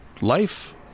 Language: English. life